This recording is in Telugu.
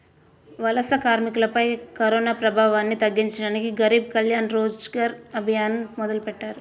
వలస కార్మికులపై కరోనాప్రభావాన్ని తగ్గించడానికి గరీబ్ కళ్యాణ్ రోజ్గర్ అభియాన్ మొదలెట్టారు